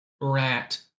rat